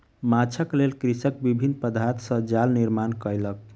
माँछक लेल कृषक विभिन्न पदार्थ सॅ जाल निर्माण कयलक